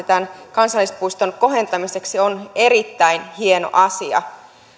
tämän kansallispuiston kohentamiseksi on erittäin hieno asia